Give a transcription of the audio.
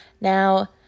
Now